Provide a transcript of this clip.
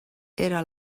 era